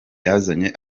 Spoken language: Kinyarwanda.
yazanye